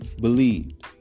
believed